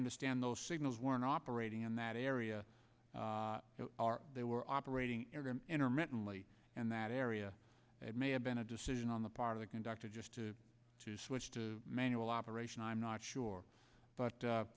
understand those signals were operating in that area are they were operating intermittently in that area it may have been a decision on the part of the conductor just to switch to manual operation i'm not sure but